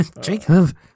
Jacob